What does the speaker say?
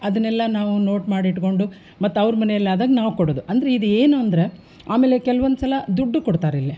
ಅದನ್ನೆಲ್ಲ ನಾವು ನೋಟ್ ಮಾಡಿಟ್ಟುಕೊಂಡು ಮತ್ತವ್ರ ಮನೇಲಿ ಆದಾಗ ನಾವು ಕೊಡೋದು ಅಂದ್ರೆ ಇದೇನು ಅಂದರೆ ಆಮೇಲೆ ಕೆಲ್ವೊಂದು ಸಲ ದುಡ್ಡೂ ಕೊಡ್ತಾರಿಲ್ಲಿ